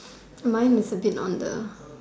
mine is a bit on the